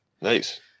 Nice